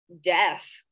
death